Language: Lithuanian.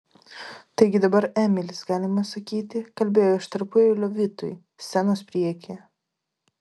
taigi dabar emilis galima sakyti kalbėjo iš tarpueilio vitui scenos priekyje